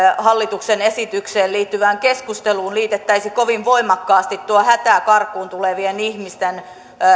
hallituksen esitykseen liittyvään keskusteluun liitettäisi kovin voimakkaasti tuota hätää karkuun tulevien ihmisten